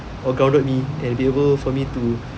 or grounded me and be able for me to